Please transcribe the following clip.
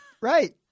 Right